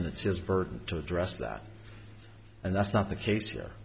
and it's his burden to address that and that's not the case here